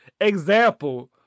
example